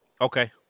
Okay